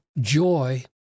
joy